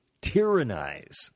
tyrannize